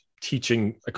teaching